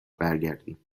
برگردیم